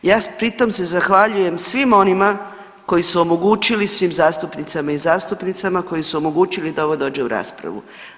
Ja pritom se zahvaljujem svim onima koji su omogućili, svim zastupnicama i zastupnicama koji su omogućili da ovo dođe u raspravu.